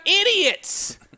idiots